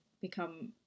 become